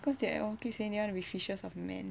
cause they all keep saying they wanna be fishes of men